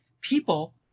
people